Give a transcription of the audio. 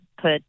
put